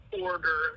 order